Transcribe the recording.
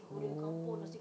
oo